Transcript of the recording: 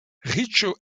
riĉo